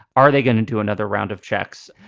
are they going to do another round of checks?